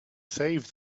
save